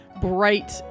bright